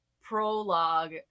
prologue